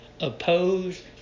oppose